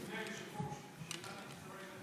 אדוני היושב-ראש, שאלה קצרה.